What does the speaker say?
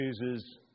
chooses